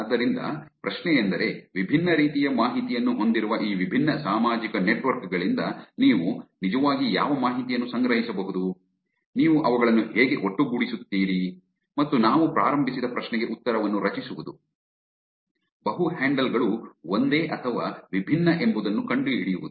ಆದ್ದರಿಂದ ಪ್ರಶ್ನೆಯೆಂದರೆ ವಿಭಿನ್ನ ರೀತಿಯ ಮಾಹಿತಿಯನ್ನು ಹೊಂದಿರುವ ಈ ವಿಭಿನ್ನ ಸಾಮಾಜಿಕ ನೆಟ್ವರ್ಕ್ ಗಳಿಂದ ನೀವು ನಿಜವಾಗಿ ಯಾವ ಮಾಹಿತಿಯನ್ನು ಸಂಗ್ರಹಿಸಬಹುದು ನೀವು ಅವುಗಳನ್ನು ಹೇಗೆ ಒಟ್ಟುಗೂಡಿಸುತ್ತೀರಿ ಮತ್ತು ನಾವು ಪ್ರಾರಂಭಿಸಿದ ಪ್ರಶ್ನೆಗೆ ಉತ್ತರವನ್ನು ರಚಿಸುವುದು ಬಹು ಹ್ಯಾಂಡಲ್ ಗಳು ಒಂದೇ ಅಥವಾ ವಿಭಿನ್ನ ಎಂಬುದನ್ನು ಕಂಡುಹಿಡಿಯುವುದು